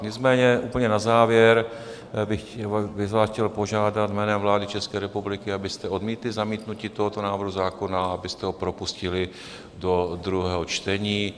Nicméně úplně na závěr bych vás chtěl požádat jménem vlády České republiky, abyste odmítli zamítnutí tohoto návrhu zákona, abyste ho propustili do druhého čtení.